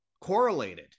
correlated